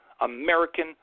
American